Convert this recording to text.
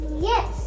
Yes